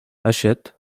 hachette